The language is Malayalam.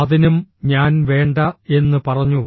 അതിനും ഞാൻ വേണ്ട എന്ന് പറഞ്ഞു